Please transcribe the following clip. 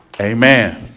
Amen